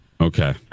Okay